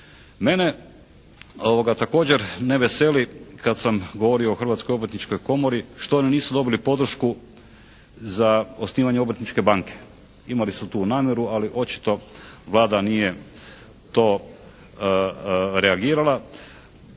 Mene također ne veseli kad sam govorio o Hrvatskoj obrtničkoj komori što oni nisu dobili podršku za osnivanje obrtničke banke. Imali su tu namjeru ali očito Vlada nije to reagirala.